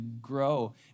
grow